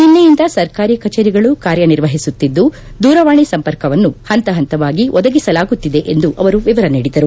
ನಿನ್ನೆಯಿಂದ ಸರ್ಕಾರಿ ಕಚೇರಿಗಳು ಕಾರ್ಯ ನಿರ್ವಹಿಸುತ್ತಿದ್ದು ದೂರವಾಣಿ ಸಂಪರ್ಕವನ್ನು ಹಂತಹಂತವಾಗಿ ಒದಗಿಸಲಾಗುತ್ತಿದೆ ಎಂದು ವಿವರ ನೀಡಿದರು